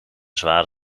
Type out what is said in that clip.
zware